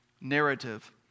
narrative